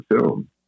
film